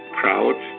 proud